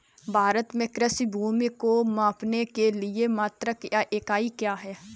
भारत में कृषि भूमि को मापने के लिए मात्रक या इकाई क्या है?